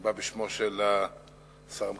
בא בשמו של השר המקשר.